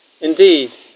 Indeed